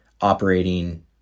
operating